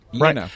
Right